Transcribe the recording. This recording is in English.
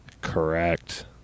correct